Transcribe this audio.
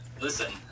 Listen